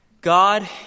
God